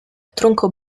tronco